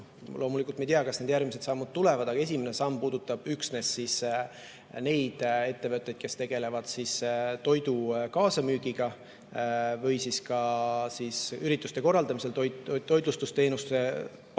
Loomulikult me ei tea, kas ka järgmised sammud tulevad. Aga esimene samm puudutab üksnes neid ettevõtteid, kes tegelevad toidu kaasamüügiga või ürituste korraldamisel toitlustusteenuse pakkumisega.